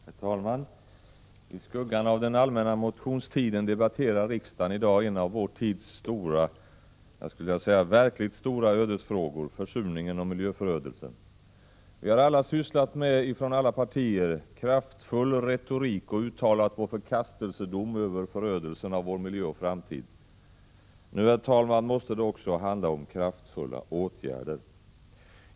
Herr talman! I skuggan av den allmänna motionstiden debatterar riksdagen i dag en av vår tids stora, jag skulle vilja säga verkligt stora, ödesfrågor, nämligen försurningen och miljöförödelsen. Från alla partier har vi sysslat med kraftfull retorik och uttalat vår förkastelsedom över förödelsen av vår miljö och framtid. Nu måste det också handla om kraftfulla åtgärder.